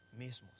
mismos